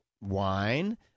wine